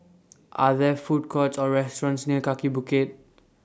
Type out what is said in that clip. Are There Food Courts Or restaurants near Kaki Bukit